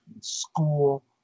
school